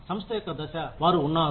సంస్థ యొక్క దశ వారు ఉన్నారు